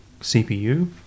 CPU